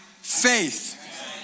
faith